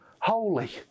holy